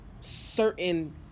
certain